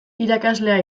irakaslea